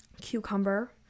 cucumber